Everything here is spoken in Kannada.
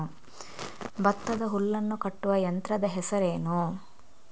ಭತ್ತದ ಹುಲ್ಲನ್ನು ಕಟ್ಟುವ ಯಂತ್ರದ ಹೆಸರೇನು?